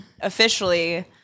officially